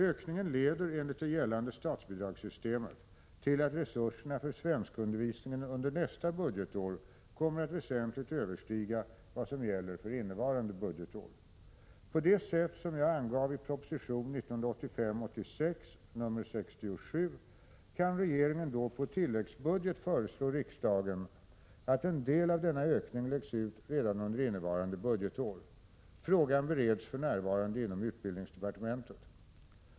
Ökningen leder enligt det gällande statsbidragssystemet till att resurserna för svenskundervisningen under nästa budgetår kommer att väsentligt överstiga vad som gäller för innevarande budgetår. På det sätt som jag angav i proposition 1985/86:67 kan regeringen då på tilläggsbudget föreslå riksdagen att en del av denna ökning läggs ut redan under innevarande budgetår. Frågan bereds för närvarande inom utbildningsdepartementet.